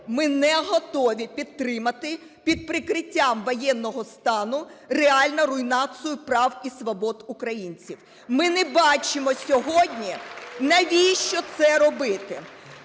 ми не готові підтримати під прикриттям воєнного стану реальну руйнацію прав і свобод українців. Ми не бачимо сьогодні, навіщо це робити.